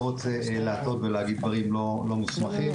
רוצה להטעות ולהגיד דברים לא מוסמכים.